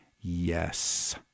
yes